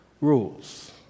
Rules